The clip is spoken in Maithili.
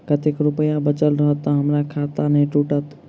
कतेक रुपया बचल रहत तऽ हम्मर खाता नै टूटत?